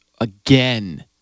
again